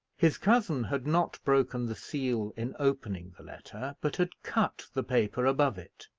his cousin had not broken the seal in opening the letter, but had cut the paper above it.